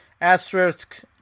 Asterisk